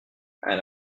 elle